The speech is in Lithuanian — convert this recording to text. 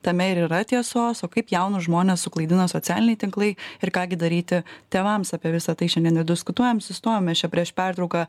tame ir yra tiesos o kaip jaunus žmones suklaidina socialiniai tinklai ir ką gi daryti tėvams apie visa tai šiandien ir diskutuojam sustojom mes čia prieš pertrauką